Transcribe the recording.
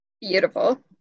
Beautiful